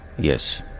yes